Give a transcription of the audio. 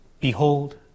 Behold